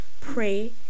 pray